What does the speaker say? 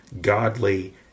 godly